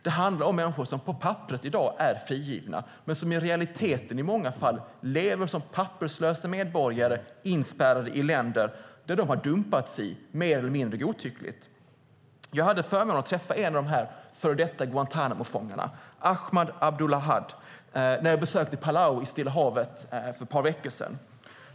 Det är människor som på papperet i dag är frigivna men i många fall i realiteten lever som papperslösa medborgare, inspärrade i länder där de dumpats mer eller mindre godtyckligt. Jag hade förmånen att träffa en av dessa före detta Guantánamofångar, Ahmat Abdulahad, när jag besökte Palau i Stilla havet för ett par veckor sedan.